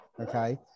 okay